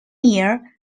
year